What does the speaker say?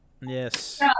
Yes